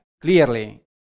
clearly